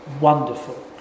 wonderful